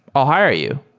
i'll hire you.